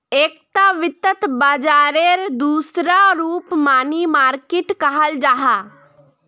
एकता वित्त बाजारेर दूसरा रूप मनी मार्किट कहाल जाहा